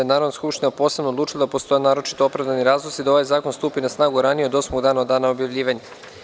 je Narodna skupština posebno odlučila da postoje naročito opravdani razlozi da ovaj zakon stupi na snagu ranije od osmog dana od dana objavljivanja.